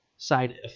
side